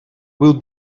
will